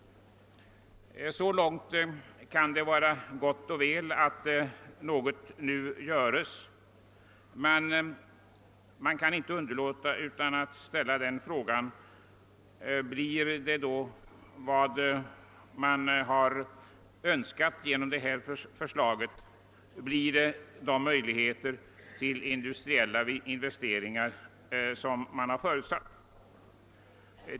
Så långt kan det vara gott och väl att något nu göres. Man kan emellertid inte underlåta att ställa frågan, om detta förslag leder till det önskade resultatet. Får man härigenom de möjligheter till industriella investeringar som man har förutsatt?